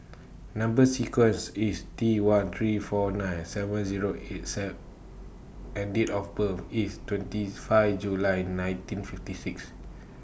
Number sequence IS T one three four nine seven Zero eight C and Date of birth IS twenty five July nineteen fifty six